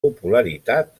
popularitat